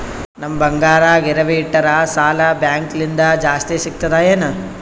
ನಮ್ ಬಂಗಾರ ಗಿರವಿ ಇಟ್ಟರ ಸಾಲ ಬ್ಯಾಂಕ ಲಿಂದ ಜಾಸ್ತಿ ಸಿಗ್ತದಾ ಏನ್?